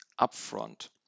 upfront